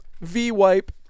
V-wipe